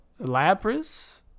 Lapras